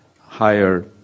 higher